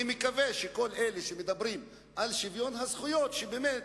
אני מקווה שכל אלה שמדברים על שוויון הזכויות באמת